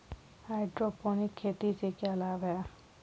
Hydroponic खेती से क्या लाभ हैं?